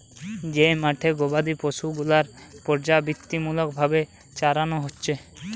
যেই মাঠে গোবাদি পশু গুলার পর্যাবৃত্তিমূলক ভাবে চরানো হচ্ছে